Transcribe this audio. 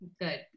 Good